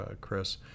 Chris